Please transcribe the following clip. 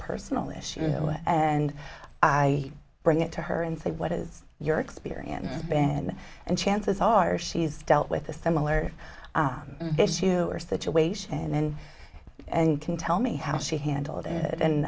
personal issue and i bring it to her and say what is your experience been and chances are she's dealt with a similar issue or situation and then and can tell me how she handled it and